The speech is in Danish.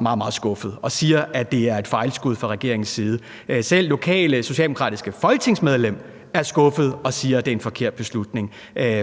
meget skuffet og siger, at det er et fejlskud fra regeringens side. Selv det lokale socialdemokratiske folketingsmedlem er skuffet og siger, at det er en forkert beslutning